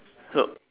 so